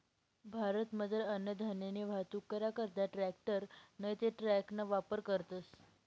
भारतमझार अन्नधान्यनी वाहतूक करा करता ट्रॅकटर नैते ट्रकना वापर करतस